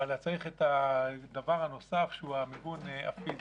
אבל צריך את הדבר הנוסף שהוא המיגון הפיזי.